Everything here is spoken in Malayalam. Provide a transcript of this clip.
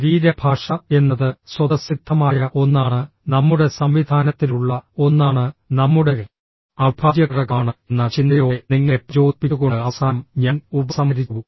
ശരീരഭാഷ എന്നത് സ്വതസിദ്ധമായ ഒന്നാണ് നമ്മുടെ സംവിധാനത്തിലുള്ള ഒന്നാണ് നമ്മുടെ അവിഭാജ്യഘടകമാണ് എന്ന ചിന്തയോടെ നിങ്ങളെ പ്രചോദിപ്പിച്ചുകൊണ്ട് അവസാനം ഞാൻ ഉപസംഹരിച്ചു